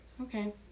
Okay